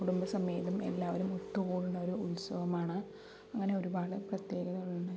കുടുംബസമേതം എല്ലാവരും ഒത്തുകൂടുന്ന ഒരു ഉത്സവമാണ് അങ്ങനെ ഒരുപാട് പ്രത്യേകതകളുണ്ട്